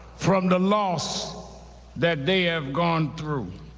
from the loss that they have gone through.